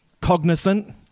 cognizant